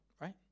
Right